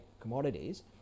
commodities